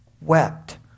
wept